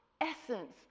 essence